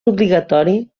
obligatori